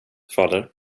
fader